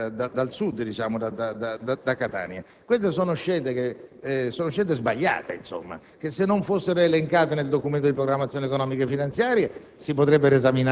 da sud, da Catania. Queste sono scelte sbagliate, che se non fossero elencate nel Documento di programmazione economico-finanziaria